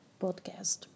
podcast